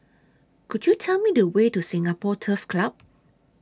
Could YOU Tell Me The Way to Singapore Turf Club